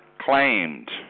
Claimed